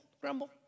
grumble